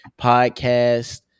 Podcast